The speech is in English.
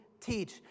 teach